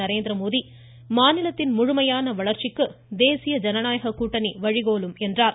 நரேந்திரமோடி மாநிலத்தின் முழுமையான வளர்ச்சிக்கு தேசிய ஜனநாயக கூட்டணி வழிகோலும் என்றார்